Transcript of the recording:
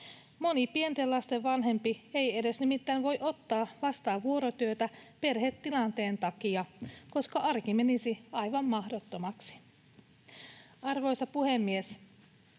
Moni pienten lasten vanhempi ei nimittäin edes voi ottaa vastaan vuorotyötä perhetilanteen takia, koska arki menisi aivan mahdottomaksi. Arvoisa puhemies!